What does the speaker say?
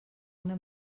una